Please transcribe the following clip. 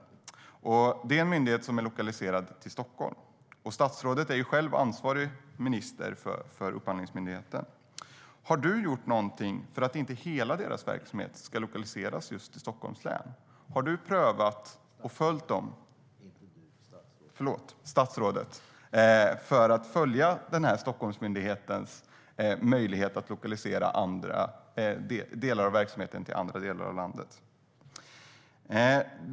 Det är en myndighet som är lokaliserad till Stockholm. Statsrådet är själv ansvarig minister för Upphandlingsmyndigheten. Har du gjort någonting för att inte hela deras verksamhet ska lokaliseras just till Stockholms län? Har statsrådet prövat möjligheten för denna Stockholmsmyndighet att lokalisera delar av verksamheten till andra delar av landet?